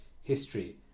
history